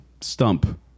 stump